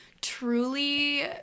truly